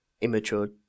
immature